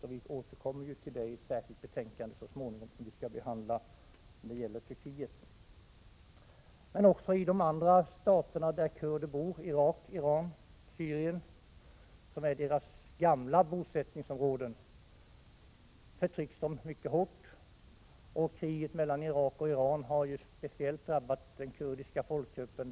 Vi återkommer till detta så småningom vid behandlingen av ett annat betänkande. Även i de andra stater där kurderna bor, Irak, Iran och Syrien — som är deras gamla bosättningsområden — förtrycks de mycket hårt. Kriget mellan Irak och Iran har speciellt drabbat den kurdiska folkgruppen.